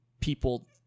people